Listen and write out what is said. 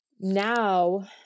Now